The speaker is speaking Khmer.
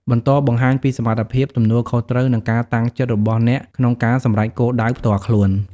បន្តបង្ហាញពីសមត្ថភាព ទំនួលខុសត្រូវ និងការតាំងចិត្តរបស់អ្នកក្នុងការសម្រេចគោលដៅផ្ទាល់ខ្លួន។